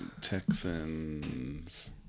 Texans